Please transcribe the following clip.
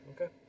Okay